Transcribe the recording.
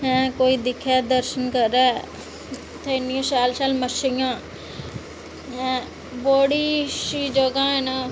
ऐं कोई दिक्खै दर्शन करै उत्थै इन्नी शैल शैल मच्छियां ऐं बड़ी अच्छी जगहां न